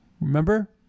Remember